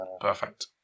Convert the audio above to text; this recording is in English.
Perfect